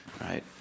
right